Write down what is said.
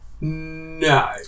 no